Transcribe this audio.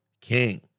king